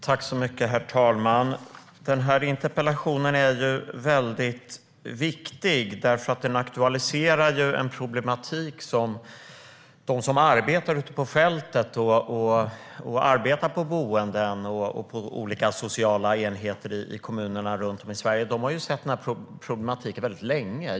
Herr talman! Den här interpellationen är väldigt viktig, för den aktualiserar en problematik som de som arbetar ute på fältet, på boenden och på olika sociala enheter i kommunerna runt om i Sverige har sett väldigt länge.